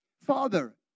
Father